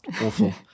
awful